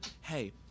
hey